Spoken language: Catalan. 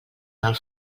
del